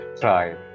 try